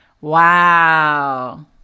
Wow